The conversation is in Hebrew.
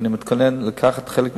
ואני מתכוון לרכוש את